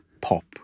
Pop